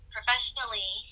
professionally